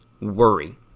worry